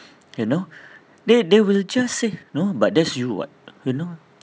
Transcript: you know they they will just say no but that's you what you know